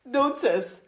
notice